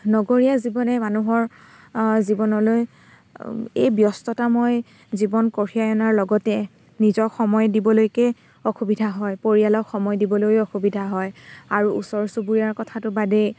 নগৰীয়া জীৱনে মানুহৰ জীৱনলৈ এই ব্যস্ততাময় জীৱন কঢ়িয়াই অনাৰ লগতে নিজক সময় দিবলৈকে অসুবিধা হয় পৰিয়ালক সময় দিবলৈ অসুবিধা হয় আৰু ওচৰ চুবুৰীয়াৰ কথাটো বাদেই